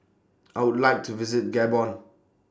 I Would like to visit Gabon